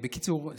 בקיצור,